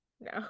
No